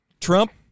Trump